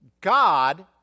God